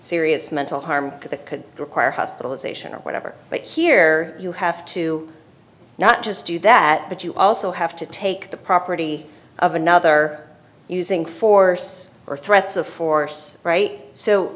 serious mental harm to the could require hospitalization or whatever but here you have to not just do that but you also have to take the property of another using force or threats of force right so